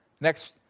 Next